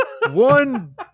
one